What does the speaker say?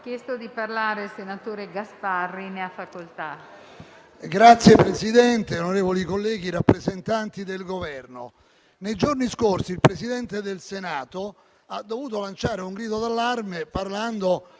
Signor Presidente, onorevoli colleghi, signori rappresentanti del Governo, nei giorni scorsi il Presidente del Senato ha dovuto lanciare un grido d'allarme, parlando